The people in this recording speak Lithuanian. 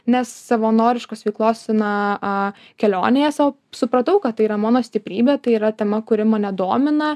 nes savanoriškos veiklos na kelionėje sau supratau kad tai yra mano stiprybė tai yra tema kuri mane domina